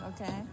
Okay